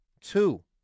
Two